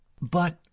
But